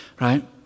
right